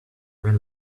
red